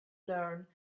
learn